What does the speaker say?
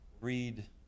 read